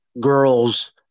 girls